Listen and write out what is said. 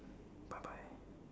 bye bye